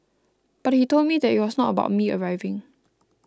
but he told me that it was not about me arriving